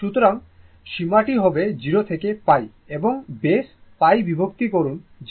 সুতরাং সীমাটি হবে 0 থেকে π এবং বেস π বিভক্ত করুন যেটা হল 1 upon πd